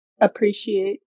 appreciate